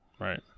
Right